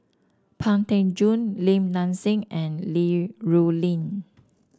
Pang Teck Joon Lim Nang Seng and Li Rulin